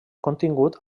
contingut